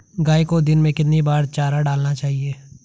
गाय को दिन में कितनी बार चारा डालना चाहिए?